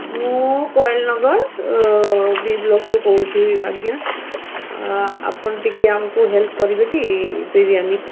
ମୁଁ ପହେଲନଗର ବି ବ୍ଲକରୁୁ କହୁଛିି ଆଜ୍ଞା ଆପଣ ଟିକେ ଆମକୁ ହେଲ୍ପ କରିବେ କି ବିରିୟାନୀ